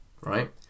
right